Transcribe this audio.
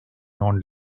non